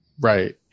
Right